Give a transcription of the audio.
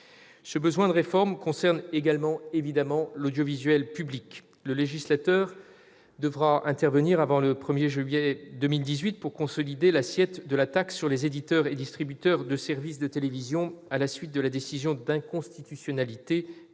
Ce besoin de réformes concerne également l'audiovisuel public. Le législateur devra intervenir avant le 1 juillet 2018 pour consolider l'assiette de la taxe sur les éditeurs et distributeurs de services de télévision, à la suite de la décision d'inconstitutionnalité rendue